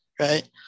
right